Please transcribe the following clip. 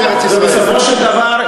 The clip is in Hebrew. ובסופו של דבר,